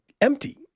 empty